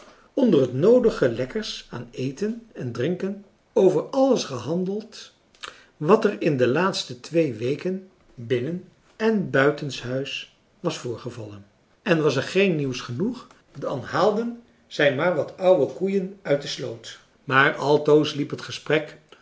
onder het noodige lekkers aan eten en drinken over alles gehandeld wat françois haverschmidt familie en kennissen er in de laatste twee weken binnen en buitenshuis was voorgevallen en was er geen nieuws genoeg dan haalden zij maar wat oude koeien uit de sloot maar altoos liep het gesprek